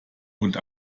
und